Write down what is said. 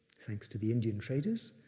thanks to the indian traders,